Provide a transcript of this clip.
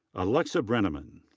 alexa brenneman.